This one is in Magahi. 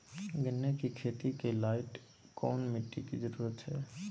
गन्ने की खेती के लाइट कौन मिट्टी की जरूरत है?